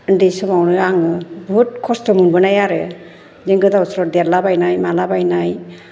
उन्दै समावनो आङो बुहुथ खस्थ' मोनबोनाय आरो बिदिनो गोदाव सोराव देरलाबायनाय मालाबायनाय